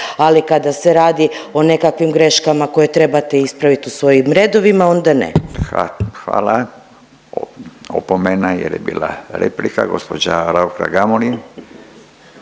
ali kada se radi o nekakvim greškama koje trebate ispravit u svojim redovima onda ne. Hvala. **Radin, Furio (Nezavisni)** Hvala,